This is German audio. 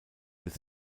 with